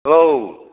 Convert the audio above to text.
औ